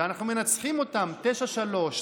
ואנחנו מנצחים אותם 9:3,